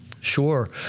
Sure